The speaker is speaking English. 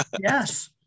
Yes